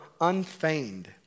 unfeigned